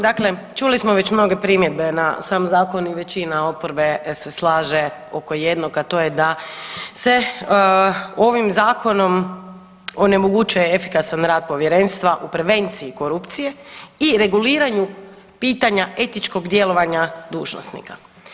Dakle čuli smo već mnoge primjedbe na sam Zakon i većina oporbe se slaže oko jednog, a to je da se ovim Zakonom onemogućuje efikasan rad Povjerenstva u prevenciji korupcije i reguliranju pitanja etičkog djelovanja dužnosnika.